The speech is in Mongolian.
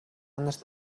нарт